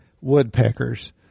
woodpeckers